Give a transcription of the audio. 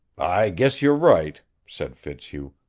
i guess you're right, said fitzhugh.